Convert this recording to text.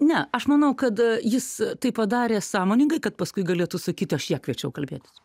ne aš manau kad jis tai padarė sąmoningai kad paskui galėtų sakyti aš ją kviečiau kalbėtis